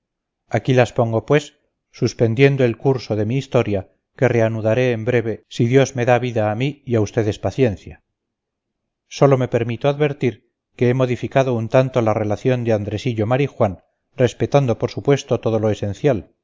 aquí las pongo pues suspendiendo el curso de mi historia que reanudaré en breve si dios me da vida a mí y a ustedes paciencia sólo me permito advertir que he modificado un tanto la relación de andresillo marijuán respetando por supuesto todo lo esencial